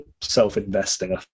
self-investing